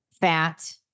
fat